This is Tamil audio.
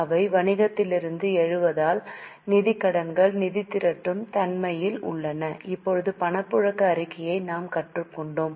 அவை வணிகத்திலிருந்து எழுவதால் நிதிக் கடன்கள் நிதி திரட்டும் தன்மையில் உள்ளன இப்போது பணப்புழக்க அறிக்கையை நாம் கற்றுக் கொண்டோம்